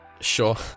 Sure